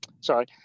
sorry